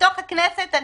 בתוך הכנסת,